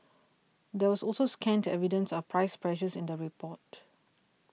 there was also scant the evidence of price pressures in the report